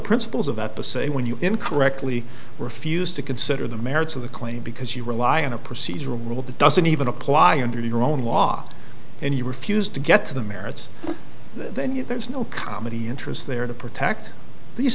principles of that the say when you incorrectly refused to consider the merits of the claim because you rely on a procedural rule that doesn't even apply under your own law and you refused to get to the merits then you there's no comedy interest there to protect the